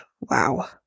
wow